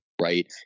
right